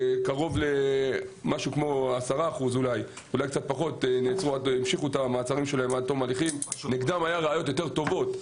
משהו כמו 10% שנגדם היו ראיות יותר טובות,